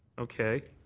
okay.